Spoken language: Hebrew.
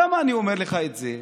למה אני אומר לך את זה?